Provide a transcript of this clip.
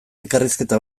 elkarrizketa